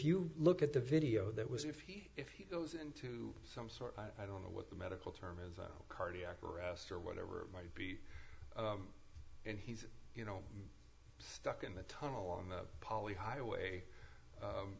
you look at the video that was if he if he goes into some sort i don't know what the medical term is cardiac arrest or whatever it might be and he's you know stuck in the tunnel on the poly highway